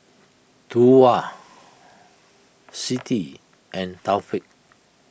Tuah Siti and Taufik